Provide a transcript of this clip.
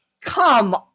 Come